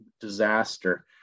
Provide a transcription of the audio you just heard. disaster